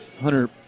hunter